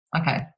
Okay